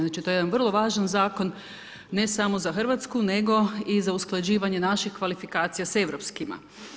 Znači to je jedan vrlo važan zakon ne samo za Hrvatsku nego i za usklađivanje naših kvalifikacija s Europskima.